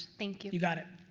thank you. you got it.